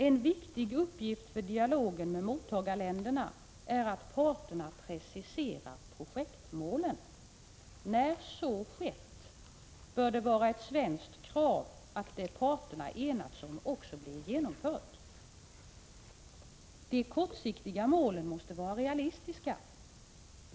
”En viktig uppgift för dialogen med mottagarländerna är att parterna preciserar projektmålen. När så skett bör det vara ett svenskt krav, att det parterna enats om också blir genomfört. De kortsiktiga målen måste vara realistiska.